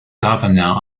governor